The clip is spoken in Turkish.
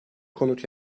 konut